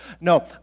No